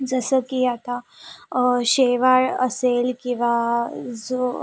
जसं की आता शेवाळ असेल किंवा झो